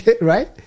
right